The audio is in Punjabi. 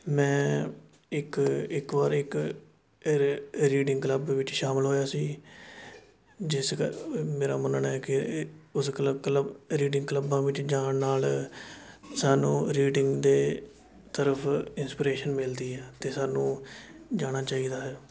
ਮੈਂ ਇੱਕ ਇੱਕ ਵਾਰ ਇੱਕ ਰੀਡਿੰਗ ਕਲੱਬ ਵਿੱਚ ਸ਼ਾਮਿਲ ਹੋਇਆ ਸੀ ਜਿਸ ਮੇਰਾ ਮੰਨਣਾ ਏ ਕਿ ਉਸ ਕਲੱਬ ਰੀਡਿੰਗ ਕਲੱਬਾਂ ਵਿੱਚ ਜਾਣ ਨਾਲ਼ ਸਾਨੂੰ ਰੀਡਿੰਗ ਦੇ ਤਰਫ ਇੰਸਪਰੇਸ਼ਨ ਮਿਲਦੀ ਹੈ ਅਤੇ ਸਾਨੂੰ ਜਾਣਾ ਚਾਹੀਦਾ ਹੈ